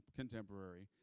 contemporary